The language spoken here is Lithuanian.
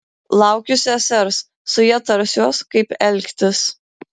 laukiu sesers su ja tarsiuos kaip elgtis